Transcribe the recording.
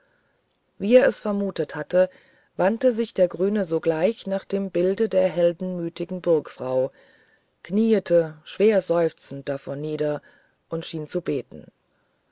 wie er es vermutet hatte wandte sich der grüne sogleich zu dem bilde der heldenmütigen burgfrau knieete schwer seufzend davor nieder und schien zu beten